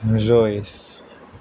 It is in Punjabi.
ਰੋਇਸ